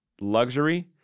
luxury